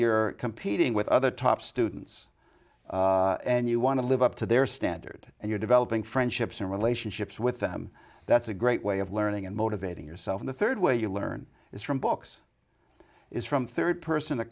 you're competing with other top students and you want to live up to their standard and you're developing friendships and relationships with them that's a great way of learning and motivating yourself in the third way you learn it from books is from third person